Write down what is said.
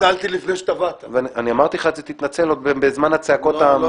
תתכופפו עוד יותר.